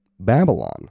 Babylon